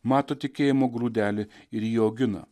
mato tikėjimo grūdelį ir jį augina